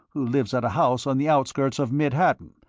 who lives at a house on the outskirts of mid-hatton,